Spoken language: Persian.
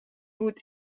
بود